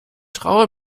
traue